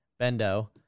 Bendo